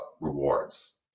rewards